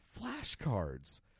flashcards